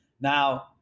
Now